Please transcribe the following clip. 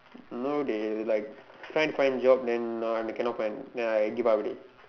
no dey like trying to find job then now I cannot find then I give up already